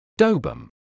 Dobum